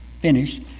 finished